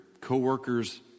coworkers